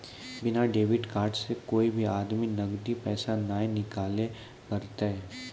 बिना debit card से कोय भी आदमी नगदी पैसा नाय निकालैल पारतै